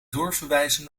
doorverwijzen